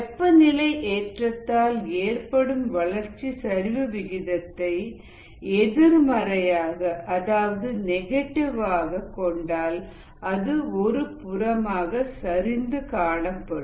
வெப்பநிலை ஏற்றத்தால் ஏற்படும் வளர்ச்சி சரிவு விகிதத்தை எதிர்மறையாக அதாவது நெகட்டிவாக கொண்டால் அது ஒருபுறமாக சரிந்து காணப்படும்